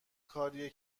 کاریه